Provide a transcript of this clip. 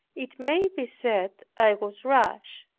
it may be said, i was rash.